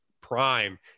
prime